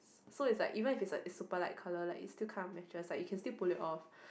so is like even if its a is a super light color like it still kind of matches like you can still pull it off